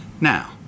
Now